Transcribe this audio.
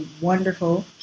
wonderful